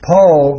Paul